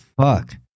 fuck